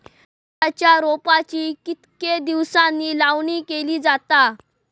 भाताच्या रोपांची कितके दिसांनी लावणी केली जाता?